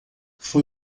foi